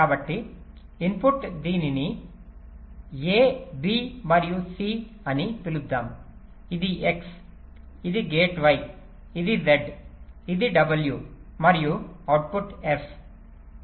కాబట్టి ఇన్పుట్ దీనిని a b మరియు c అని పిలుద్దాం ఇది x ఈ గేట్ y ఇది z ఇది w మరియు అవుట్పుట్ f